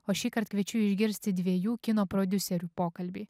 o šįkart kviečiu išgirsti dviejų kino prodiuserių pokalbį